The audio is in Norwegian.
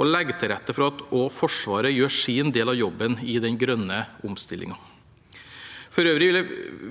og legge til rette for at også Forsvaret gjør sin del av jobben i den grønne omstillingen. For øvrig